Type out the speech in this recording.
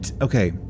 Okay